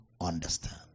understand